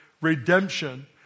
redemption